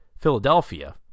Philadelphia